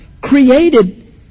created